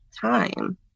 time